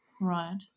Right